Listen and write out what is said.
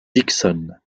dickson